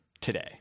today